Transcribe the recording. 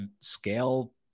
scale